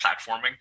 platforming